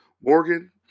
Morgan